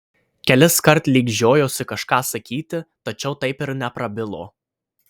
keliskart lyg žiojosi kažką sakyti tačiau taip ir neprabilo